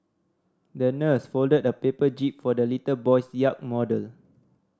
the nurse folded a paper jib for the little boy's yacht model